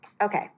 Okay